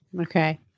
Okay